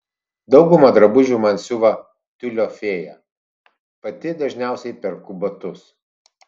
daugumą drabužių man siuva tiulio fėja pati dažniausiai perku batus